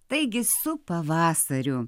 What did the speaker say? taigi su pavasariu